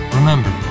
Remember